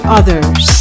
others